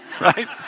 right